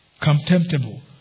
contemptible